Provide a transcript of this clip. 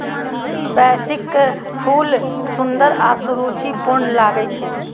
पैंसीक फूल सुंदर आ सुरुचिपूर्ण लागै छै